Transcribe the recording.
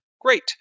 Great